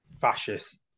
fascist